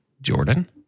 Jordan